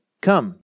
Come